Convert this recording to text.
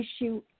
issue